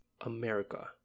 America